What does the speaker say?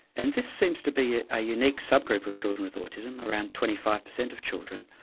and this seems to be a unique sub-group of children with autism, around twenty five per cent of children,